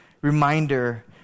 reminder